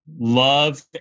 love